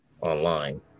online